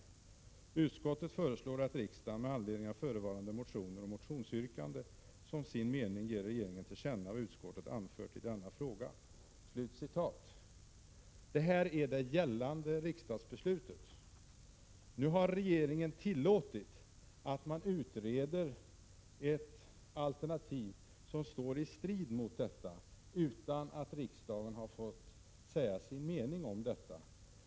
Utskottet föreslår att riksdagen med anledning av förevarande motioner och motionsyrkanden som sin mening ger regeringen till känna vad utskottet anfört i denna fråga. Detta är alltså det gällande riksdagsbeslutet. Nu har regeringen tillåtit att man utreder ett alternativ som står i strid med gällande riksdagsbeslut utan att riksdagen har fått säga sin mening om detta.